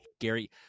Gary